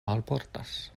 alportas